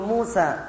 Musa